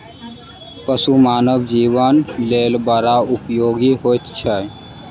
पशु मानव जीवनक लेल बड़ उपयोगी होइत छै